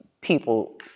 people